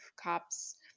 cops